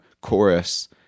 chorus